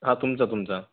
हा तुमचं तुमचं